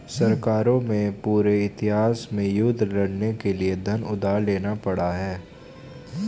सरकारों को पूरे इतिहास में युद्ध लड़ने के लिए धन उधार लेना पड़ा है